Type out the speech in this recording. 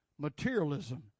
materialism